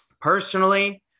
Personally